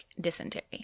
dysentery